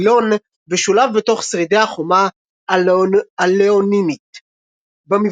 אקווילון ושולב בתוך שרידי החומה הלאונינית .